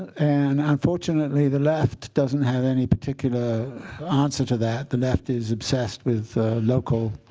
and unfortunately, the left doesn't have any particular answer to that. the left is obsessed with local